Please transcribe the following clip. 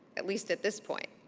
at least at this point.